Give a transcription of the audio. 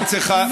את צריכה,